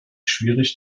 schwierig